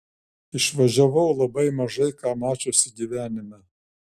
išvažiavau labai mažai ką mačiusi gyvenime